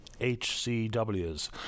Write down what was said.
HCWs